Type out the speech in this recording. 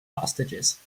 hostages